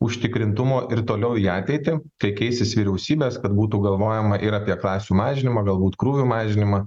užtikrintumo ir toliau į ateitį kai keisis vyriausybės kad būtų galvojama ir apie klasių mažinimą galbūt krūvių mažinimą